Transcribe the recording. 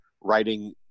writing